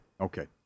Okay